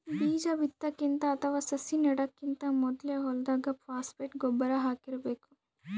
ಬೀಜಾ ಬಿತ್ತಕ್ಕಿಂತ ಅಥವಾ ಸಸಿ ನೆಡಕ್ಕಿಂತ್ ಮೊದ್ಲೇ ಹೊಲ್ದಾಗ ಫಾಸ್ಫೇಟ್ ಗೊಬ್ಬರ್ ಹಾಕಿರ್ಬೇಕ್